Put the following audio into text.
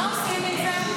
מה עושים עם זה?